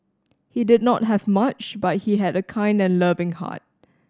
he did not have much but he had a kind and loving heart